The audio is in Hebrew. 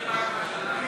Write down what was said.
תוספת תקציב לא נתקבלו.